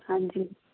ਹਾਂਜੀ